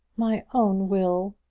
my own will!